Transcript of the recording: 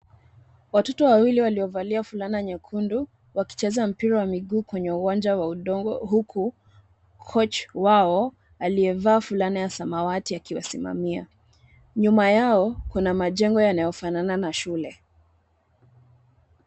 Watoto wawili waliovalia fulana nyekundu wakicheza mpira wa miguu kwenye uwanja wa udongo huku Koch wao aliyevaa fulana ya samawati akiwasimamia. Nyuma yao kuna majengo yanayofana na shule.